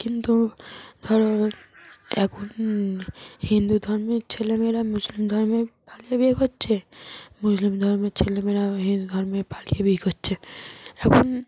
কিন্তু ধরো এখন হিন্দু ধর্মের ছেলেমেয়েরা মুসলিম ধর্মে পালিয়ে বিয়ে করছে মুসলিম ধর্মের ছেলেমেয়েরাও হিন্দু ধর্মে পালিয়ে বিয়ে করছে এখন